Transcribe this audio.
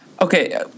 Okay